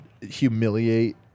humiliate